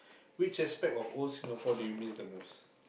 which aspect of old Singapore do you miss the most